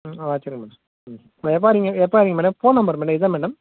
ம் வச்சிருங்கள் மேடம் ம் எப்போ வரிங்க எப்போ வரிங்க மேடம் ஃபோன் நம்பர் மேடம் இதா மேடம்